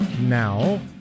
now